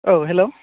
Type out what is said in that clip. औ हेल'